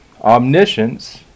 omniscience